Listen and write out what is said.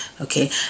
okay